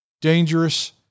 dangerous